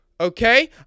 Okay